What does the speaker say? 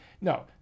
No